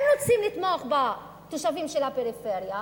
אם רוצים לתמוך בתושבים של הפריפריה,